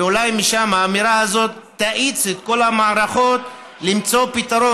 ואולי משם האמירה הזאת תאיץ את כל המערכות למצוא פתרון